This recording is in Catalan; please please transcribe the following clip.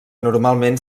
normalment